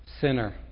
sinner